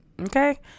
Okay